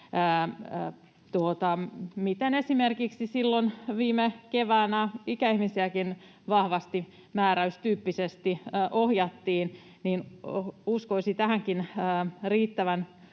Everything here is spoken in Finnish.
Kun esimerkiksi silloin viime keväänä ikäihmisiäkin vahvasti määräystyyppisesti ohjattiin, niin uskoisi tähänkin riittävän